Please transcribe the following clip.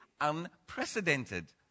unprecedented